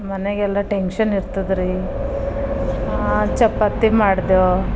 ಮನೆಗೆಲ್ಲ ಟೆಂಕ್ಷನ್ ಇರ್ತದ್ರೀ ಚಪಾತಿ ಮಾಡ್ದೇವು